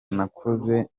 nakoze